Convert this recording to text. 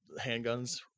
handguns